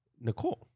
Nicole